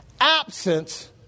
absence